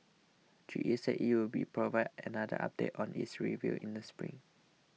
G E said it will provide another update on its review in the spring